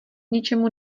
ničemu